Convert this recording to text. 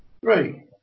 Three